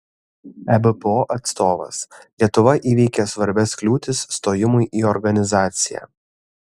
ebpo atstovas lietuva įveikė svarbias kliūtis stojimui į organizaciją